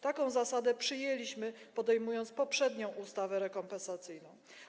Taką zasadę przyjęliśmy, uchwalając poprzednią ustawę rekompensacyjną.